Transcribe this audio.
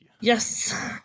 Yes